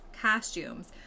costumes